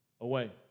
away